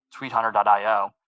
TweetHunter.io